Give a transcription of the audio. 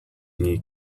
niej